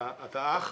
אתה אח,